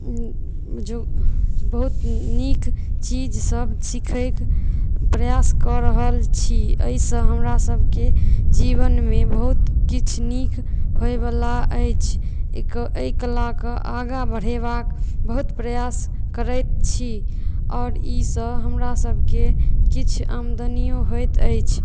बहुत नीक चीज सभ सिखैक प्रयास कऽ रहल छी एहिसँ हमरा सभकेँ जीवनमे बहुत किछु नीक होए वाला अछि एहि कालके आगाँ बढ़ेबाक बहुत प्रयास करैत छी आओर ई सँ हमरा सभकेँ किछु आमदनियो होइत अछि